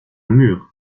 mur